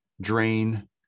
drain